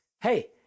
Hey